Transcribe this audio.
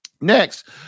Next